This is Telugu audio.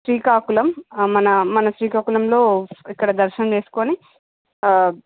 శ్రీకాకుళం మన మన శ్రీకాకుళంలో ఇక్కడ దర్శనం చేసుకోని